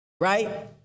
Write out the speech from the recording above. Right